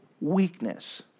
weakness